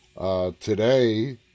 Today